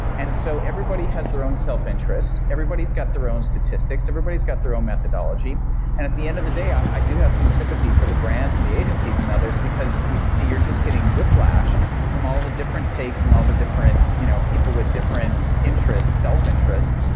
so everybody has their own self-interest. everybody's got their own statistics. everybody's got their own methodology, and at the end of the day i do have some sympathy for the brands and the agencies and others because you're just getting whiplash from all the different takes and all the different you know people with different interests, self-interest,